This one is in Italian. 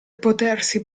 potersi